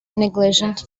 neglected